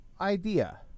idea